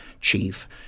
Chief